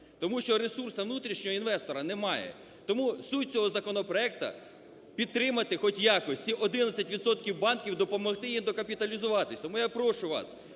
тому що ресурсу внутрішнього, інвестора немає. Тому суть цього законопроекту підтримати, хоч якось ці 11 відсотків банків, допомогти їм докапіталізуватись. Тому я прошу вас,